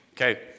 Okay